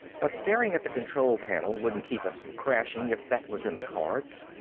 but staring at the control panel wouldn't keep us from crashing if that was in the cards.